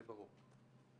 זה ברור.